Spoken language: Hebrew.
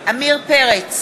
עמיר פרץ,